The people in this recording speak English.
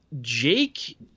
Jake